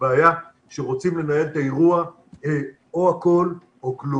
הבעיה שרוצים לנהל את האירוע או הכול או כלום.